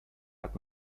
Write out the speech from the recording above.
hat